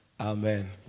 Amen